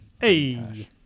hey